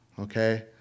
Okay